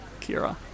Kira